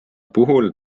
puhul